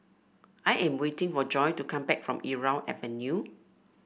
I am waiting for Joy to come back from Irau Avenue